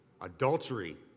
Adultery